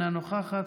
אינה נוכחת,